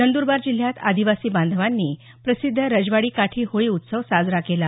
नंदुरबार जिल्ह्यात आदिवासी बांधवांनी प्रसिद्ध रजवाडी काठी होळी उत्सव साजरा केला